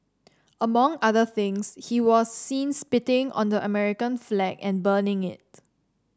among other things he was seen spitting on the American flag and burning it